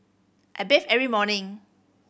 I bathe every morning